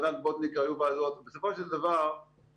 ובסופו של דבר,